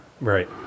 Right